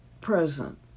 present